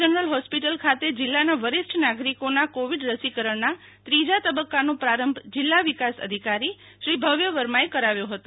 general hospital ખાતે જિલ્લાના વરિષ્ઠ નાગરિકોના કોવીન રસીકરણના ત્રીજા તબક્કાનો પ્રારંભ જિલ્લા વિકાસ અધિકારીશ્રી ભવ્ય વર્માએ કરાવ્યો હતો